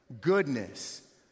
goodness